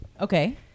Okay